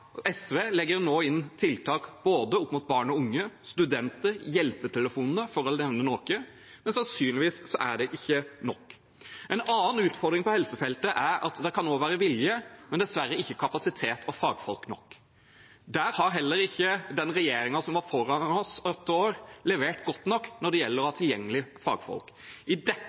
SV legger nå inn tiltak for både barn, unge, studenter og hjelpetelefonene, for å nevne noe, men sannsynligvis er det ikke nok. En annen utfordring på helsefeltet er at det kan være vilje, men dessverre ikke kapasitet og fagfolk nok. Der har heller ikke regjeringen som var før oss i åtte år, levert godt nok når det gjelder å ha tilgjengelige fagfolk. I